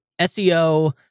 SEO